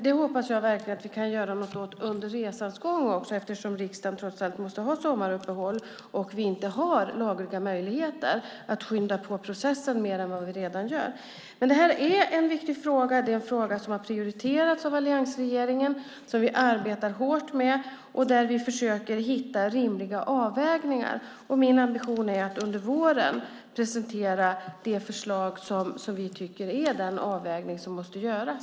Det hoppas jag verkligen att vi kan göra något åt under resans gång, eftersom riksdagen trots allt måste ha sommaruppehåll och vi inte har lagliga möjligheter att skynda på processen mer än vad vi redan gör. Det här är en viktig fråga. Det är en fråga som har prioriterats av alliansregeringen och som vi arbetar hårt med. Vi försöker hitta rimliga avvägningar. Min ambition är att under våren presentera det förslag som vi tycker är den avvägning som måste göras.